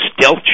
stealth